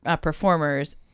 performers